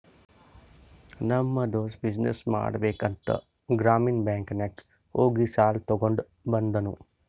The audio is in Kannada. ನಮ್ ದೋಸ್ತ ಬಿಸಿನ್ನೆಸ್ ಮಾಡ್ಬೇಕ ಅಂತ್ ಗ್ರಾಮೀಣ ಬ್ಯಾಂಕ್ ನಾಗ್ ಹೋಗಿ ಸಾಲ ತಗೊಂಡ್ ಬಂದೂನು